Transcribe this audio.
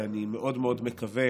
ואני מאוד מאוד מקווה